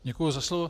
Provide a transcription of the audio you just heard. Děkuji za slovo.